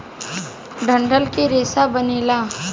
डंठल के रेसा बनेला